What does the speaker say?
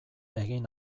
egin